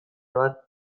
bat